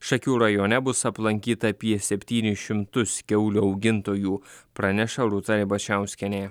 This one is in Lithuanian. šakių rajone bus aplankyta apie septynis šimtus kiaulių augintojų praneša rūta ribačiauskienė